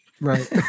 Right